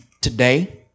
today